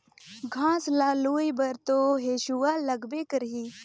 घास ल लूए बर तो हेसुआ लगबे करही